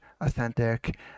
authentic